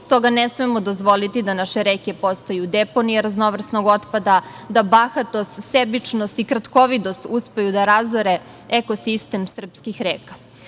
Stoga ne smemo dozvoliti da naše reke postaju deponije raznovrsnog otpada, da bahatost, sebičnost i kratkovidost uspeju da razore ekosistem srpskih